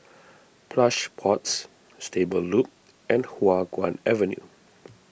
Plush Pods Stable Loop and Hua Guan Avenue